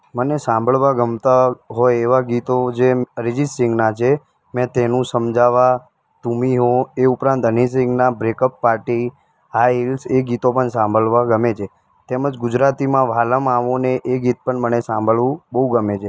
મને સાંભળવા ગમતાં હોય એવા ગીતો જેમ અરિજિત સીંઘના છે મેં તેનું સમજાવા તુમ હી હો એ ઉપરાંત હનીસિંઘના બ્રેકઅપ પાર્ટી હાઈ હીલ્સ એ ગીતો પણ સાંભળવા ગમે છે તેમજ ગુજરાતીમાં વાલમ આવો ને એ ગીત પણ મને સાંભાળવું બહુ ગમે છે